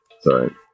Sorry